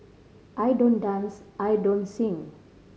I don't dance I don't sing